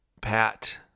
Pat